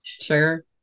Sure